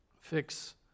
fix